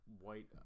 white